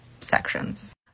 sections